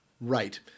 Right